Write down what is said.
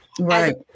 Right